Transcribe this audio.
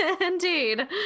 indeed